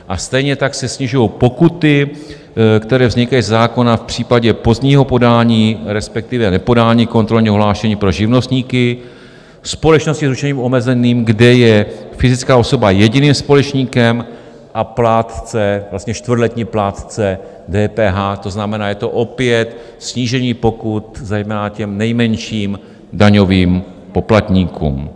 A stejně tak se snižují pokuty, které vznikají ze zákona v případě pozdního podání, respektive nepodání kontrolního hlášení pro živnostníky, společnosti s ručením omezeným, kde je fyzická osoba jediným společníkem, a plátce vlastně čtvrtletní plátce DPH, to znamená, je to opět snížení pokut zejména těm nejmenším daňovým poplatníkům.